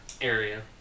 area